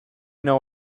know